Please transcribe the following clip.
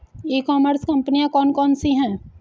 ई commerce कंपनियाँ कौन कौन सी हैं?